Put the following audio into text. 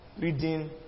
reading